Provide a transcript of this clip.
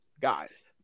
guys